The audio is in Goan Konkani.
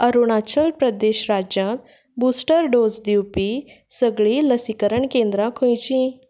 अरुणाचल प्रदेश राज्यांत बुस्टर डोस दिवपी सगळीं लसीकरण केंद्रां खंयचीं